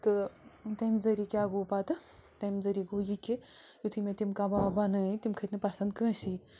تہٕ تمہِ ذٔریعہٕ کیٛاہ گوٚو پَتہٕ تمہِ ذٔریعہٕ گوٚو یہِ کہِ یُتھٕے مےٚ تِم کَباب بنٲے تِم کھٔت نہٕ پسنٛد کٲنسے